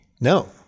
No